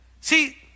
See